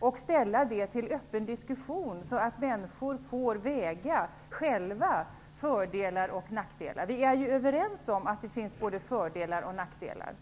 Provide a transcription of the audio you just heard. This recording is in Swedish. och ställa det till öppen diskussion, så att människor själva får väga fördelar och nackdelar mot varandra? Vi är ju överens om att det finns både fördelar och nackdelar.